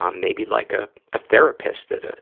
um maybe like a ah therapist that ah